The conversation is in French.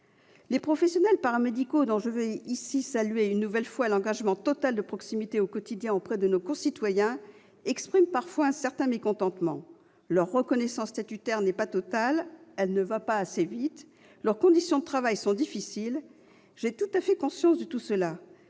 Les professionnels paramédicaux, dont je veux ici saluer une nouvelle fois l'engagement total de proximité, au quotidien, auprès de nos concitoyens, expriment parfois un certain mécontentement : leur reconnaissance statutaire n'est pas totale, elle ne va pas assez vite, leurs conditions de travail sont difficiles. J'ai tout à fait conscience de tout cela,